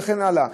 וכן הלאה.